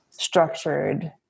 structured